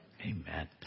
Amen